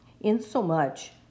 insomuch